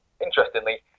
interestingly